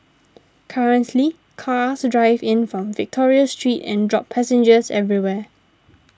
currently cars drive in from Victoria Street and drop passengers everywhere